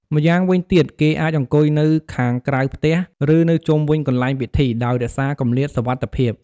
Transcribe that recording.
ម្យ៉ាងវិញទៀត គេអាចអង្គុយនៅខាងក្រៅផ្ទះ ឬនៅជុំវិញកន្លែងពិធី ដោយរក្សាគម្លាតសុវត្ថិភាព។